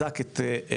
בדק את רמתם,